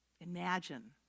Imagine